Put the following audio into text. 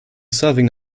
serving